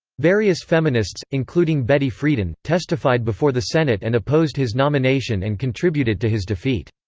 various feminists, including betty friedan, testified before the senate and opposed his nomination and contributed to his defeat.